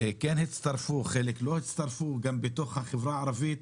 כן הצטרפו, חלק לא הצטרפו גם בתוך החברה הערבית,